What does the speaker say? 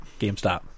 GameStop